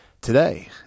today